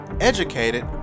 educated